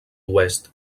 oest